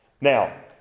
Now